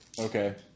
Okay